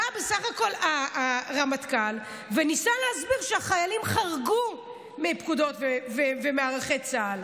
בא בסך הכול הרמטכ"ל וניסה להסביר שהחיילים חרגו מפקודות ומערכי צה"ל.